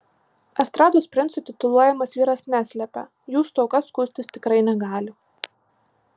estrados princu tituluojamas vyras neslepia jų stoka skųstis tikrai negali